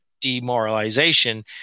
demoralization